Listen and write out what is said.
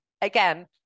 again